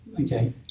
Okay